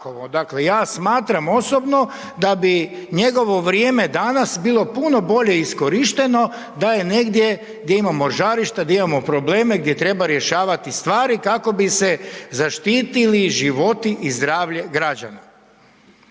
Dakle, ja smatram osobno da bi njegovo vrijeme danas bilo puno bolje iskorišteno da je negdje, gdje imamo žarišta, di imamo probleme, gdje treba rješavati stvari, kako bi se zaštitili životi i zdravlje građana.